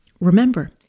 remember